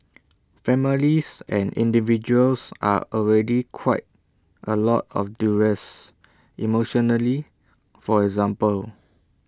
families and individuals are already quite A lot of duress emotionally for example